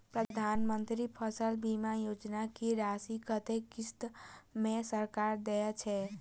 प्रधानमंत्री फसल बीमा योजना की राशि कत्ते किस्त मे सरकार देय छै?